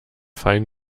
fein